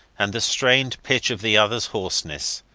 and the strained pitch of the others hoarseness.